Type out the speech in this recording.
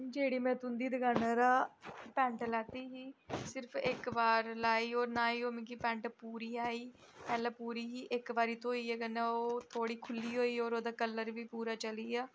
जेह्ड़ी में तुं'दी दकानै'रा पैंट लैती ही सिर्फ इक बारी लाई ओह् ना ई ओह् मिगी पैंट पूरी आई पैह्ले पूरी ही इक बारी धोइयै कन्नै ओह् थोह्ड़ी खुल्ली होई कन्नै ओह्दा कलर बी पूरा चली गेआ